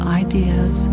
ideas